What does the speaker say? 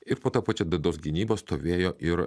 ir po ta pačia d dos gynyba stovėjo ir